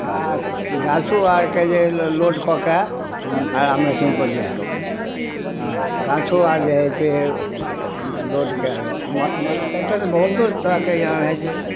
गाछ गाछो आरके जे लोड कऽ कऽ एक आरा मशीनपर गेल आओर गाछो आर जे हइ से लोड माने ट्रैकटरसे बहुतो तरहके इहाँ हइ जे